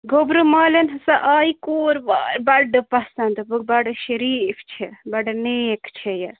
گوٚبرٕ مالیٚن ہَسا آیہِ کوٗر واے بَڑٕ پَسنٛد دوٚپُکھ بَڑٕ شریٖف چھِ بَڑٕ نیک چھِ یہِ